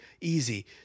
easy